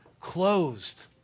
closed